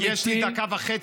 תן לי, כי יש לי דקה וחצי.